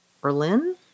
Berlin